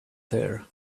there